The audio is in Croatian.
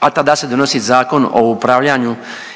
a tada se donosi Zakon o upravljanju